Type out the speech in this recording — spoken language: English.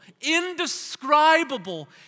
indescribable